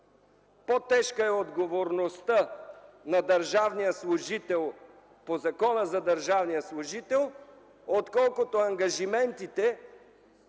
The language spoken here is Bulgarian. По-тежка е отговорността на държавния служител по Закона за държавния служител, отколкото ангажиментите